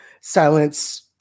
silence